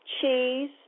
cheese